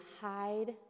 hide